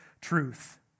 truth